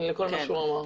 לכל מה שהוא אמר.